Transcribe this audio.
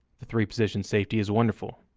the three-position safety is wonderful,